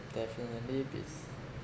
definitely be